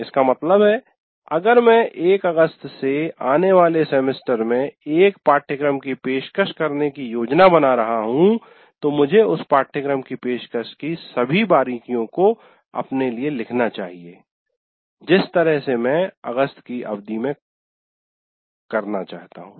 इसका मतलब है अगर मैं 1 अगस्त से आने वाले सेमेस्टर में एक पाठ्यक्रम की पेशकश करने की योजना बना रहा हूं तो मुझे उस पाठ्यक्रम की पेशकश की सभी बारीकियों को अपने लिए लिखना चाहिए जिस तरह से मैं अगस्त की अवधि से करना चाहता हूं